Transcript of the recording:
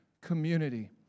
community